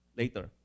later